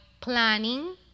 planning